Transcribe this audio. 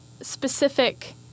Specific